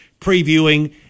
previewing